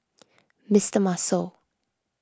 Mister Muscle